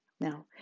Now